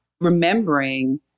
remembering